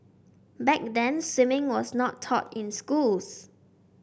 back then swimming was not taught in schools